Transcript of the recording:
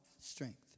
strength